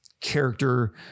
character